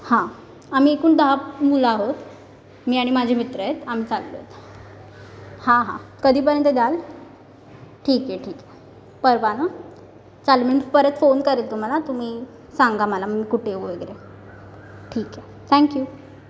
हां आम्ही एकूण दहा मुलं आहोत मी आणि माझे मित्र आहेत आम्ही चाललो आहोत हां हां कधीपर्यंत द्याल ठीक आहे ठीक आहे परवा नं चालेल मी परत फोन करेल तुम्हाला तुम्ही सांगा मला मी कुठे येऊ वगैरे ठीक आहे थँक्यू